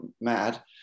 mad